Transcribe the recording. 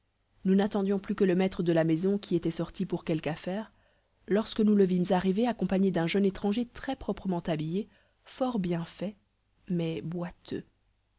nous n'attendions plus que le maître de la maison qui était sorti pour quelque affaire lorsque nous le vîmes arriver accompagné d'un jeune étranger très-proprement habillé fort bien fait mais boiteux